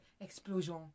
Explosion